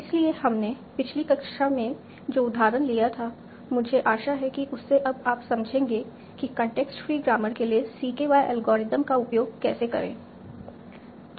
इसलिए हमने पिछली कक्षा में जो उदाहरण लिया था मुझे आशा है कि उससे अब आप समझेंगे कि कॉन्टेक्स्ट फ्री ग्रामर के लिए CKY एल्गोरिदम का उपयोग कैसे करें